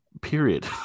Period